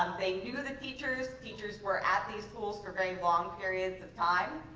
they knew the teachers. teachers were at these schools for very long periods of time.